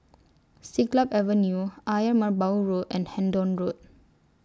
Siglap Avenue Ayer Merbau Road and Hendon Road